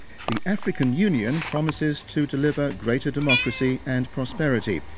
the african union promises to deliver greater democracy and prosperity.